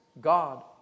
God